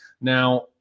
Now